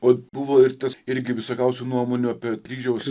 o buvo ir tas irgi visokiausių nuomonių apie kryžiaus